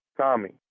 Tommy